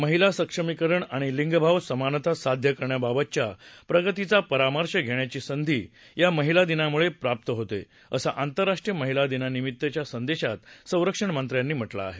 महिला सक्षमीकरण आणि लिंगभाव समानता साध्य करण्याबाबतच्या प्रगतीचा परामर्श घेण्याची संधी या महिला दिनामुळे प्राप्त होते असं आंतरराष्ट्रीय महिला दिनानिमित्तच्या संदेशात संरक्षण मंत्र्यांनी म्हटलं आहे